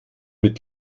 mit